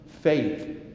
faith